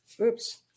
Oops